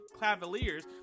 Cavaliers